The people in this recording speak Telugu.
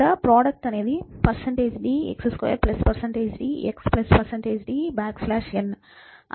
ఇక్కడ ప్రోడక్ట్ అనేది dx2 d xdn